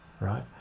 right